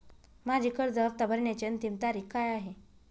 माझी कर्ज हफ्ता भरण्याची अंतिम तारीख काय आहे?